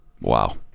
Wow